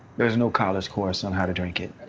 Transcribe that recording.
there is no college course on how to drink it.